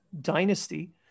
dynasty